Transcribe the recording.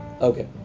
Okay